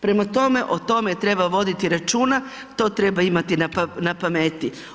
Prema tome o tome treba voditi računa, to treba imati na pameti.